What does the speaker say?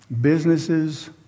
businesses